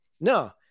No